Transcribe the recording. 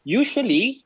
usually